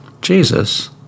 Jesus